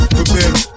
Prepare